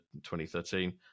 2013